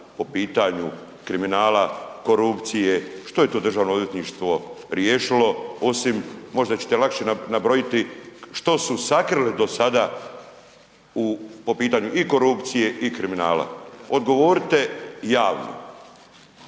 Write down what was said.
po pitanju kriminala, korupcije, što je do Državno odvjetništvo riješilo, osim, možda ćete lakše nabrojati što su sakrili do sada u, po pitanju i korupcije i kriminala? Odgovorite javno.